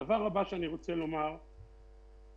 אני עובר לדבר הבא.